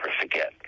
forget